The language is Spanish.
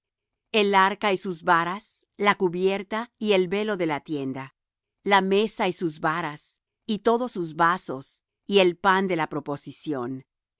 el arca y sus varas la cubierta y el velo de la tienda la mesa y sus varas y todos sus vasos y el pan de la proposición